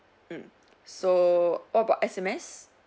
mm so what about S_M_S